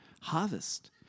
harvest